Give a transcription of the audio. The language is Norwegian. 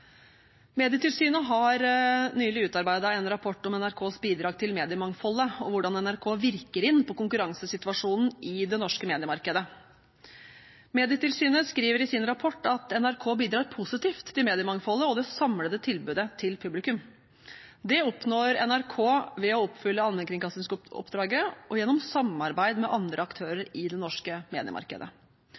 Medietilsynet har nylig utarbeidet en rapport om NRKs bidrag til mediemangfoldet og hvordan NRK virker inn på konkurransesituasjonen i det norske mediemarkedet. Medietilsynet skriver i sin rapport at NRK bidrar positivt til mediemangfoldet og det samlede tilbudet til publikum. Det oppnår NRK ved å oppfylle allmennkringkastingsoppdraget og gjennom samarbeid med andre aktører i det norske mediemarkedet.